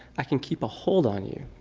i can keep a hold on you,